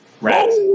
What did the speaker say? Rats